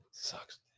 Sucks